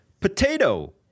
potato